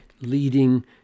leading